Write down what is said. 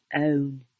own